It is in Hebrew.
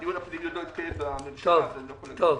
הדיון הפנימי עוד לא התקיים בממשלה אז אני לא יכול להגיד עכשיו.